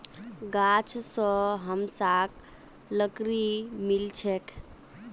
गाछ स हमसाक लकड़ी मिल छेक